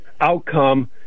outcome